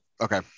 okay